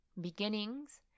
Beginnings